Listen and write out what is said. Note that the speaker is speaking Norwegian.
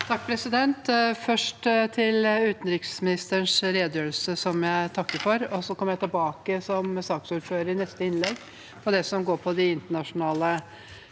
(H) Først til utenriks- ministerens redegjørelse, som jeg takker for, og så kommer jeg tilbake som saksordfører i neste innlegg til det som går på de internasjonale